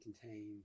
contain